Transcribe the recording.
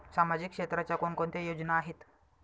सामाजिक क्षेत्राच्या कोणकोणत्या योजना आहेत?